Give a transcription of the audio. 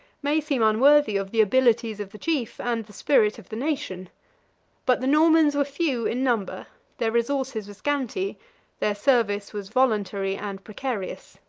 may seem unworthy of the abilities of the chief and the spirit of the nation but the normans were few in number their resources were scanty their service was voluntary and precarious.